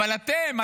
אבל אתם,